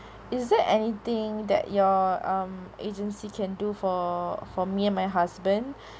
is there anything that your um agency can do for for me and my husband